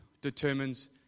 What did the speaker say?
determines